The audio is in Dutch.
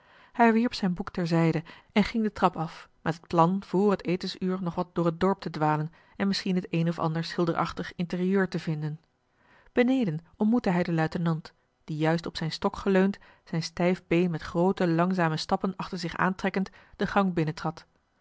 hij wierp zijn boek ter zijde en ging de trap af marcellus emants een drietal novellen met plan voor het etensuur nog wat door het dorp te dwalen en misschien het een of ander schilderachtig intérieur te vinden beneden ontmoette hij den luitenant die juist op zijn stok geleund zijn stijf been met groote langzame stappen achter zich aantrekkend den gang